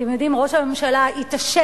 אתם יודעים, ראש הממשלה התעשת.